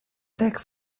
tax